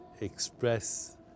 express